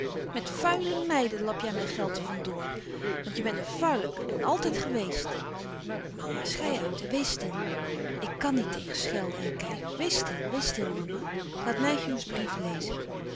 met vùile meiden lap jij mijn geld er van door want je bent een vuilik en altijd geweest mama schei uit en wees stil ik kàn niet tegen schelden en kijven wees stil wees stil mama laat mij hughs brief lezen